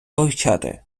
вивчати